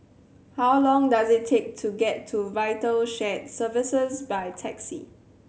how long does it take to get to Vital Shared Services by taxi